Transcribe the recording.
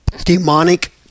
demonic